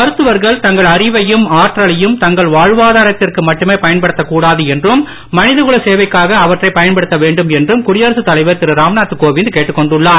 மருத்துவர்கள் தங்கள் அறிவையும் ஆற்றலையும் தங்கள் வாழ்வாதாரத்திற்கு மட்டுமே பயன்படுத்த கூடாது என்றும் மனித குல சேவைக்காக அவற்றைப் பயன்படுத்த வேண்டும் என்றும் குடியரசு தலைவர் திரு ராம்நாத் கோவிந்த் கேட்டுக்கொண்டுள்ளார்